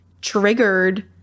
triggered